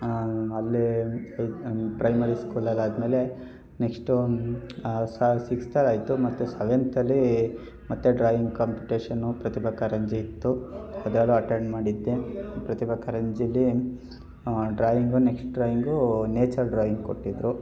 ಅಲ್ಲೇ ಪ್ರೈಮರಿ ಸ್ಕೂಲಲ್ಲಿ ಆದಮೇಲೆ ನೆಕ್ಸ್ಟು ಸಹ ಸಿಕ್ಸ್ತಾಗಾಯಿತು ಮತ್ತು ಸೆವೆಂತಲ್ಲಿ ಮತ್ತು ಡ್ರಾಯಿಂಗ್ ಕಾಂಪಿಟೇಶನು ಪ್ರತಿಭಾ ಕಾರಂಜಿಯಿತ್ತು ಅದೆಲ್ಲ ಅಟೆಂಡ್ ಮಾಡಿದ್ದೆ ಪ್ರತಿಭಾ ಕಾರಂಜಿಲಿ ನಾವು ಆ ಡ್ರಾಯಿಂಗನ್ನ ನೆಕ್ಸ್ಟ್ ಡ್ರಾಯಿಂಗೂ ನೇಚರ್ ಡ್ರಾಯಿಂಗ್ ಕೊಟ್ಟಿದ್ದರು